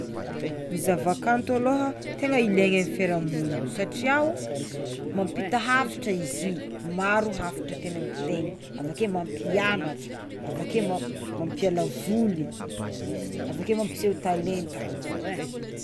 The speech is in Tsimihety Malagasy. Ny zavakanto aloha tegna iliaigny amy fiarahamoniny, mampita hafatra izy io, maro hafatra tiagny hampitaigny avakeo mampianatra avakeo mamp- mampiala voly avakeo mampiseo talenta.